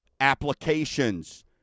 applications